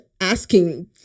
asking